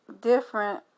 different